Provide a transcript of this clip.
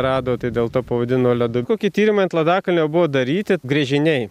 rado tai dėl to pavadino ledu kokį tyrimą ant ladakalnio buvo daryti gręžiniai